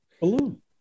balloon